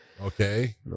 Okay